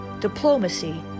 diplomacy